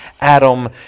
Adam